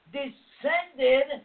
descended